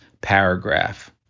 paragraph